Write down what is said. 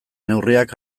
neurriak